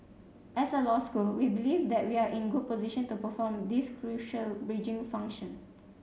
as a law school we believe that we are in a good position to perform this crucial bridging function